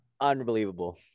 Unbelievable